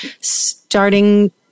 starting